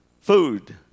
food